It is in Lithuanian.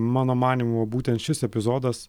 mano manymu būtent šis epizodas